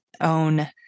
own